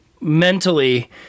mentally